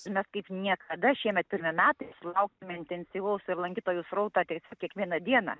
mes kaip niekada šiemet pirmi metai sulauksime intensyvaus ir lankytojų srauto tai kiekvieną dieną